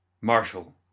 Marshall